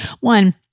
one